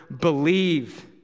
Believe